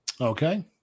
Okay